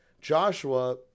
Joshua